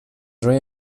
روی